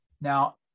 Now